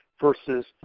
versus